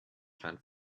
found